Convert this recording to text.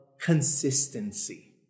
consistency